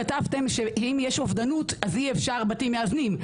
כתבתם שאם יש אובדנות אז אי אפשר בתים מאזנים.